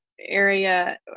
area